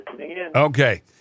Okay